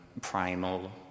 primal